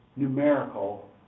numerical